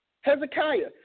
Hezekiah